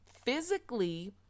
physically